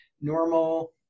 normal